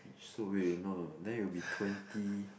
so wait no no no then it will be twenty